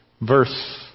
Verse